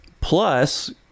Plus